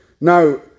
Now